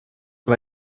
vad